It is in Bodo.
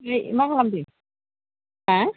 ओइ मा खालामदों हा